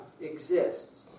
exists